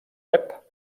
web